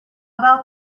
about